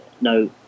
no